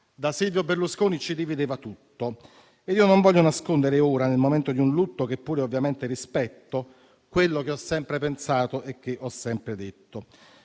Da Silvio Berlusconi ci divideva tutto e io non voglio nascondere ora, nel momento di un lutto che pure ovviamente rispetto, quello che ho sempre pensato e che ho sempre detto.